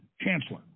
chancellor